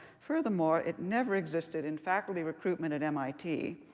furthermore, it never existed in faculty recruitment at mit,